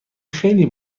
خیلی